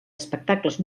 espectacles